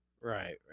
right